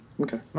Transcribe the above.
Okay